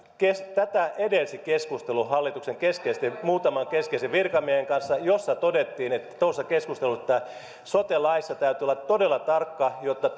tätä edelsi keskustelu hallituksen muutaman keskeisen virkamiehen kanssa jossa todettiin tuossa keskustelussa että sote laissa täytyy olla todella tarkka jotta